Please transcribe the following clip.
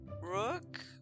Rook